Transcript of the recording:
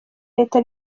leta